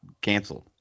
canceled